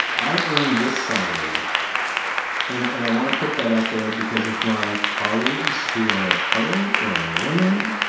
i earn this salary and and i want to put that out there, because if my colleagues who are of color or or women,